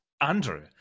andrew